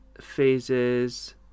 phases